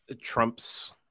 Trump's